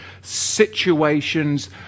situations